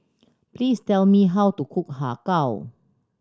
please tell me how to cook Har Kow